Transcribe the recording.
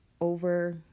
over